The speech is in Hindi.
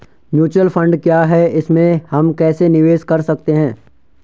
म्यूचुअल फण्ड क्या है इसमें हम कैसे निवेश कर सकते हैं?